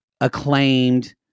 acclaimed